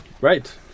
Right